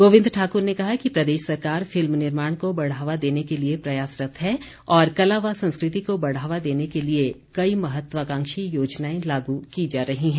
गोबिंद ठाकूर ने कहा कि प्रदेश सरकार फिल्म निर्माण को बढ़ावा देने के लिए प्रयासरत है और कला व संस्कृति को बढ़ावा देने के लिए कई महत्वाकांक्षी योजनाएं लागू की जा रही हैं